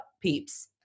peeps